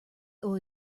owed